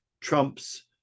Trump's